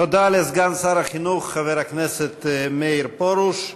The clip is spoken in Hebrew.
תודה לסגן שר החינוך חבר הכנסת מאיר פרוש,